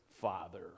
Father